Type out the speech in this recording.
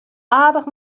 aardich